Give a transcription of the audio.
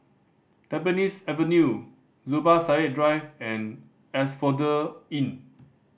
Tampines Avenue Zubir Said Drive and Asphodel Inn